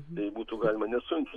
tai būtų galima nesunkiai